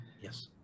yes